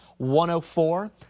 104